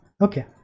Okay